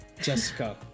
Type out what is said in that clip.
Jessica